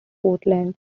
portland